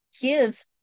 gives